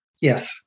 Yes